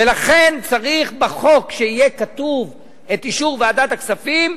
ולכן צריך שיהיה כתוב בחוק: אישור ועדת הכספים,